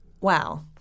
Wow